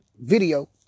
video